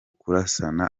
kurasana